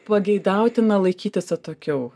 pageidautina laikytis atokiau